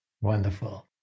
Wonderful